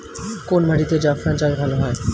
কোন মাটিতে জাফরান চাষ ভালো হয়?